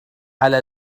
على